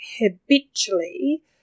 habitually